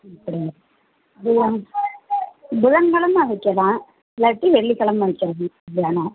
ம் அப்படியா புதன் புதன்கிழம வைக்கலாம் இல்லாட்டி வெள்ளிக்கிழம வைக்கலாம் கல்யாணம்